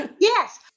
Yes